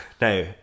Now